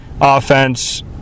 offense